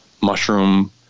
mushroom